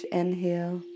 inhale